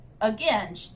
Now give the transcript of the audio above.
again